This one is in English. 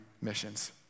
missions